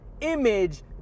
image